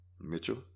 Mitchell